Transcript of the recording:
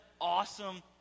awesome